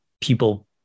people